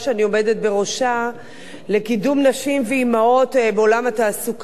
עומדת בראשה לקידום נשים ואמהות בעולם התעסוקה,